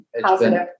positive